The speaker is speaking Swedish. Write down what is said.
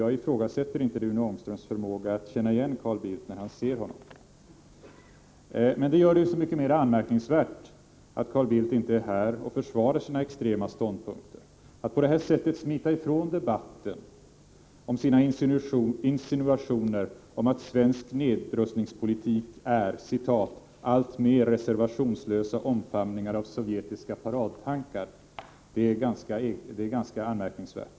Jag ifrågasätter inte Rune Ångströms förmåga att känna igen Carl Bildt. Så mycket mera anmärkningsvärt är det således att Carl Bildt inte är här och försvarar sina extrema ståndpunkter. Att på detta sätt smita från debatten om sina egna insinuationer om att svensk nedrustningspolitik är ”alltmer reservationslösa omfamningar av sovjetiska paradtankar” är ganska anmärkningsvärt.